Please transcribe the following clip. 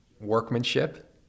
workmanship